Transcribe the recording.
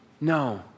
No